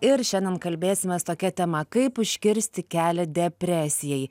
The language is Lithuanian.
ir šiandien kalbėsimės tokia tema kaip užkirsti kelią depresijai